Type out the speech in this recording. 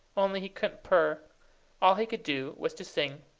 only he couldn't purr all he could do was to sing.